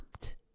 stopped